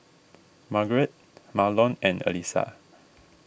Margeret Marlon and Allyssa